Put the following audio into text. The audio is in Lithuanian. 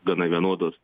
gana vienodos